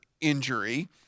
injury –